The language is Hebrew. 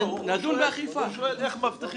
הוא שואל איך מבטיחים אכיפה.